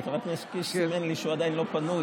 כי חבר הכנסת קיש סימן לי שהוא עדיין לא פנוי.